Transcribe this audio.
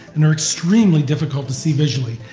and are extremely difficult to see visually,